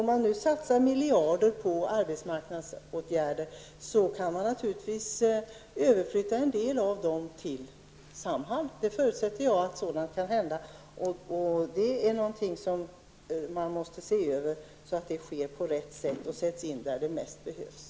Om man satsar miljarder på arbetsmarknadsåtgärder, kan man naturligtvis flytta över en del av pengarna till Samhall. Jag förutsätter att sådant kan hända. Det är någonting som man måste se över, så att det sker på rätt sätt och så att åtgärderna sätts in där de bäst behövs.